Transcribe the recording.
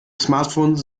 smartphones